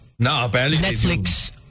Netflix